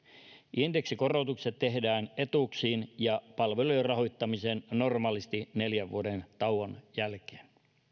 indeksikorotukset tehdään etuuksiin ja palvelujen rahoittamiseen normaalisti neljän vuoden tauon jälkeen